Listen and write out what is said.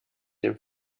dem